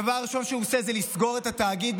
הדבר הראשון שהוא עושה הוא לסגור את התאגיד.